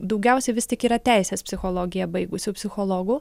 daugiausia vis tik yra teisės psichologiją baigusių psichologų